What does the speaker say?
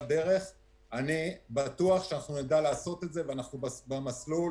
דרך אני בטוח שאנחנו נדע לעשות את זה ואנחנו במסלול,